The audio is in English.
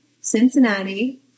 Cincinnati